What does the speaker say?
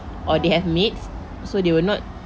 or they have maids so they will not